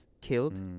killed